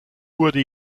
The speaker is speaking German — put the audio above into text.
wurde